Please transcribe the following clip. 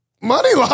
Money